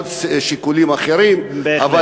עוד שיקולים, אחרים, בהחלט.